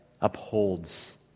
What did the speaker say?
upholds